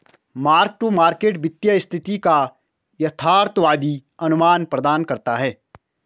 mark to market वित्तीय स्थिति का यथार्थवादी अनुमान प्रदान करता है